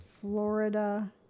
Florida